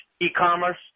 e-commerce